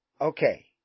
okay